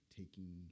taking